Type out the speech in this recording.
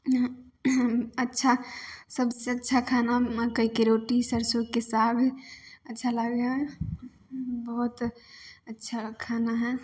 अच्छा सबसे अच्छा खाना हम मकइ की रोटी सरिसोके साग अच्छा लागै हइ बहुत अच्छा खाना हइ